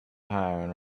hiring